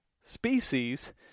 species